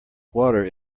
water